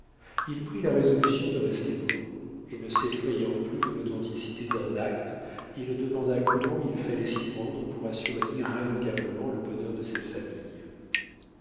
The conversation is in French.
il prit la résolution de rester mort et ne s'effrayant plus de l'authenticité d'un acte il demanda comment il fallait s'y prendre pour assurer irrévocablement le bonheur de cette famille